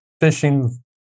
fishing